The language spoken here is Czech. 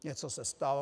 Něco se stalo.